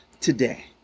today